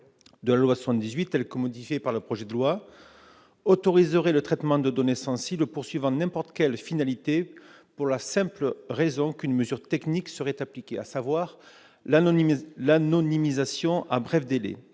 de la loi de 1978, tel que modifié par le projet de loi, autoriserait les traitements de données sensibles poursuivant n'importe quelle finalité, pour la simple raison qu'une mesure technique serait appliquée : l'anonymisation à bref délai.